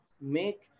make